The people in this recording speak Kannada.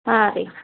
ಹಾಂ ರೀ